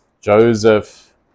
Joseph